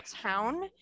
town